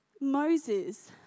Moses